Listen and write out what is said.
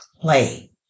play